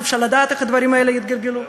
אי-אפשר לדעת איך הדברים האלה יתגלגלו.